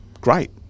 great